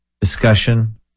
discussion